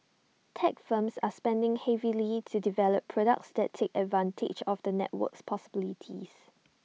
tech firms are spending heavily to develop products that take advantage of the network's possibilities